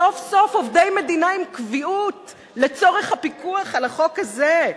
סוף-סוף עובדי מדינה עם קביעות לצורך הפיקוח על החוק הזה.